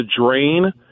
drain